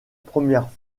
première